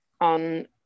on